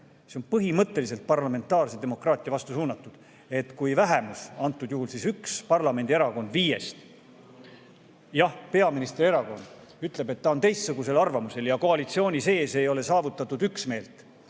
see on põhimõtteliselt parlamentaarse demokraatia vastu suunatud, et kui vähemus, antud juhul üks parlamendi erakond viiest – jah, peaministri erakond – ütleb, et ta on teistsugusel arvamusel ja koalitsiooni sees ei ole saavutatud üksmeelt